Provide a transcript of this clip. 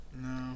No